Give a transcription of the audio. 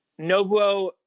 Nobuo